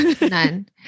none